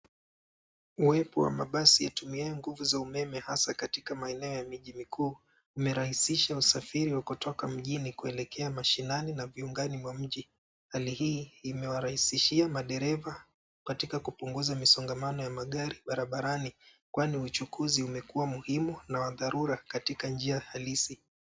Uwepo wa mabasi yatumiayo nguvu za umeme hasa katika maeneo ya miji mikomkuuu imerahisisha usafiri wa kutoka mjini kuelekea mashinani na viungani mwa mji. Hali hii imewarahisishia madereva katika kupunguza misongamano ya magari barabarani kwani uchukuzi umekuwa muhimu na wa dharura katika njia halisi.